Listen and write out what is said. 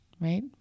right